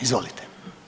Izvolite.